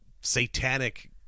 satanic